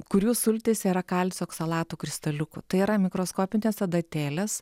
kurių sultyse yra kalcio oksalatų kristaliukų tai yra mikroskopinės adatėlės